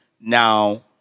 now